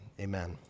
Amen